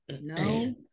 No